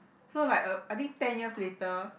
so like uh I think ten years later